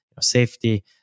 safety